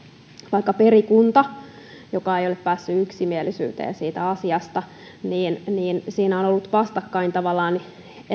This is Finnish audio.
vaikka perikunta joka ei ole päässyt yksimielisyyteen siitä asiasta siinä on on ollut vastakkain tavallaan